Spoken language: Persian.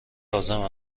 لازم